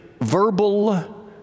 verbal